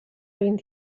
vint